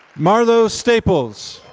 marlo staples.